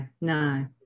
no